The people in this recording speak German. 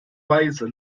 weise